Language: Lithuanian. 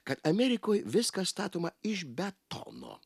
kad amerikoj viskas statoma iš betono